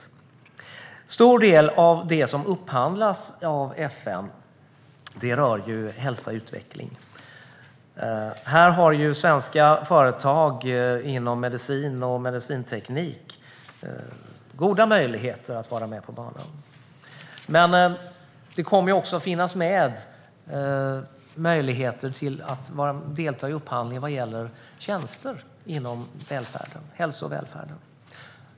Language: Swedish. En stor del av det som upphandlas av FN rör hälsa och utveckling. Här har svenska företag inom medicin och medicinteknik goda möjligheter att vara med på banan. Det kommer också att finnas möjligheter att delta i upphandling av tjänster inom hälsa och välfärd.